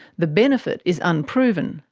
the benefit is unproven,